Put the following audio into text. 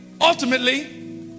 ultimately